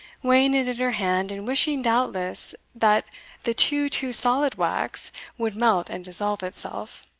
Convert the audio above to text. weighing it in her hand, and wishing, doubtless, that the too, too solid wax would melt and dissolve itself,